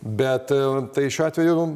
bet tai šiuo atveju